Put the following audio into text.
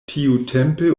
tiutempe